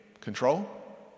control